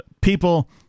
people